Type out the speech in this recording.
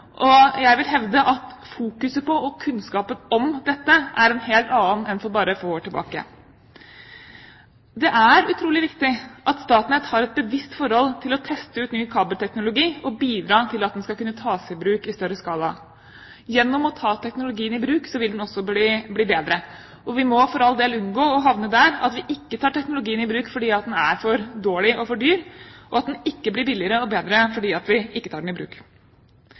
og jeg vil hevde at fokuseringen på og kunnskapen om dette er en helt annen enn for få år tilbake. Det er utrolig viktig at Statnett har et bevisst forhold til å teste ut ny kabelteknologi og bidra til at den skal kunne tas i bruk i større skala. Gjennom at teknologien blir tatt i bruk, vil den også bli bedre. Vi må for all del unngå å havne der at vi ikke tar teknologien i bruk fordi den er for dårlig og for dyr, og at den ikke blir billigere og bedre fordi vi ikke tar den i bruk.